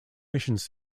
missions